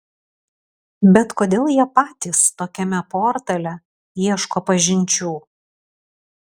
bet kodėl jie patys tokiame portale ieško pažinčių